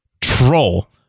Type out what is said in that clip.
troll